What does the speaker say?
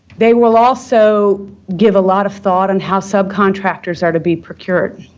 they will also give a lot of thought on how subcontractors are to be procured.